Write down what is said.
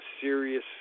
serious